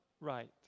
right